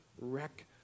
wreck